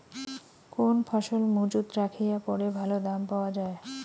কোন ফসল মুজুত রাখিয়া পরে ভালো দাম পাওয়া যায়?